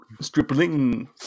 stripling